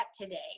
today